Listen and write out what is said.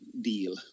deal